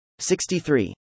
63